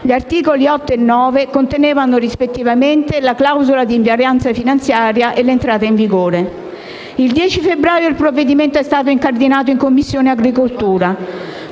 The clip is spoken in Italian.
Gli articoli 8 e 9 contenevano, rispettivamente, la clausola di invarianza finanziaria e l'entrata in vigore. Il 10 febbraio il provvedimento è stato incardinato in Commissione agricoltura